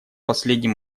последний